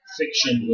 fiction